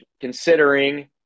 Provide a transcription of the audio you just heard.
considering